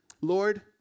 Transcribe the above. Lord